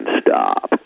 stop